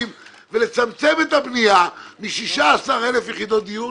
ולצמצם את הבנייה מ-16,000 יחידות דיור,